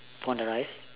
on the rice